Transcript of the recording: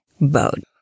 boat